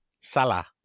Salah